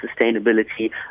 sustainability